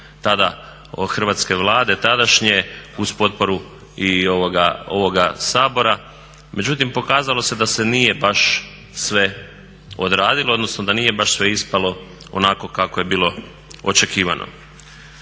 tada Hrvatske Vlade tadašnje uz potporu i ovoga Sabora, međutim pokazalo se da se nije baš sve odradilo odnosno da nije baš sve ispalo onako kako je bilo očekivano.